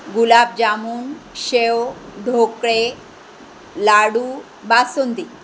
गुलाबजामुन शेव ढोकळे लाडू बासुंदी